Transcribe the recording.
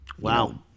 Wow